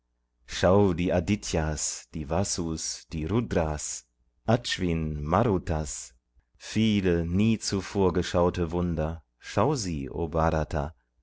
schau die adityas die vasus die dras aquins viele nie zuvor geschaute wunder schau sie